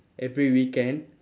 every weekend